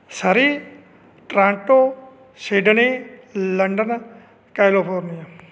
Surrey Toronto Sydney London California